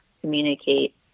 communicate